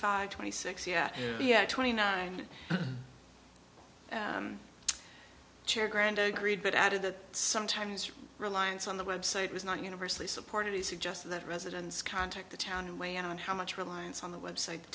five twenty six yeah yeah twenty nine chere grande agreed but added that sometimes reliance on the website was not universally supported he suggested that residents contact the town weigh in on how much reliance on the website